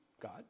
God